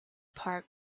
park